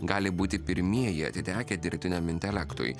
gali būti pirmieji atitekę dirbtiniam intelektui